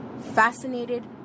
fascinated